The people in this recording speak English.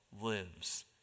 lives